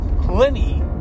plenty